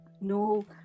No